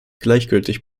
gleichgültig